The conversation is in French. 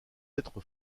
être